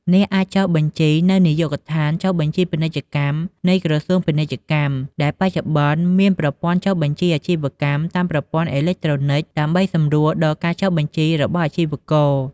អ្នកអាចចុះបញ្ជីនៅ នាយកដ្ឋានចុះបញ្ជីពាណិជ្ជកម្មនៃក្រសួងពាណិជ្ជកម្ម ដែលបច្ចុប្បន្ន មាន ប្រព័ន្ធចុះបញ្ជីអាជីវកម្មតាមប្រព័ន្ធអេឡិចត្រូនិក ដើម្បីសម្រួលដល់ការចុះបញ្ជីរបស់អាជីករ។